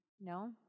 No